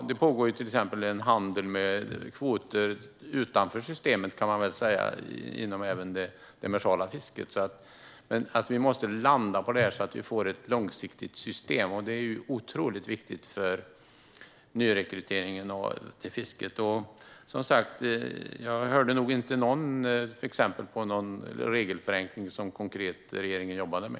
Det pågår till exempel handel med kvoter utanför systemet även inom det demersala fisket. Vi måste landa i detta så att vi får ett långsiktigt system, för det är mycket viktigt för nyrekryteringen till fisket. Jag hörde nog inte något exempel på en regelförenkling som regeringen konkret jobbar med.